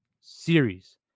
series